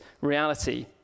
reality